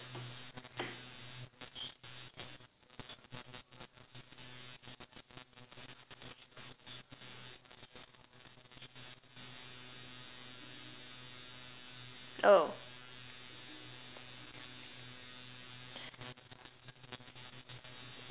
oh